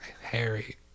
Harry